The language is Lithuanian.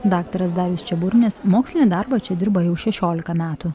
daktaras darius čiaburnis mokslinį darbą čia dirba jau šešiolika metų